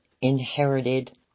inherited